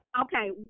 Okay